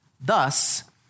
Thus